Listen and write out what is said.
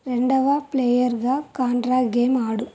రెండవ ప్లేయర్గా Contra game ఆడు